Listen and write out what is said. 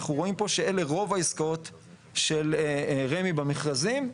אנחנו רואים פה שאלה רוב העסקאות של רמ"י במכרזים,